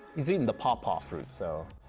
he's eaten the paw-paw fruit so